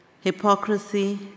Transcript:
hypocrisy